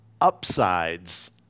Upsides